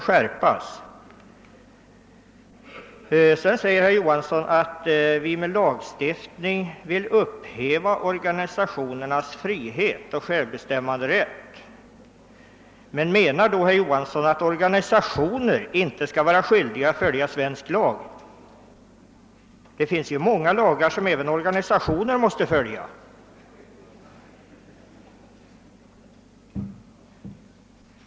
Herr Johansson säger vidare, att vi med lagstiftning vill upphäva organisationernas frihet och självbestämmanderätt. Menar herr Johansson därmed att organisationer inte skall vara skyldiga att följa svensk lag? Det finns ju många andra lagar som även organisationer måste följa.